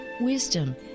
wisdom